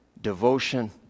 devotion